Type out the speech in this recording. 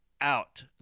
out